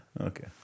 Okay